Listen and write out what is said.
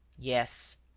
yes.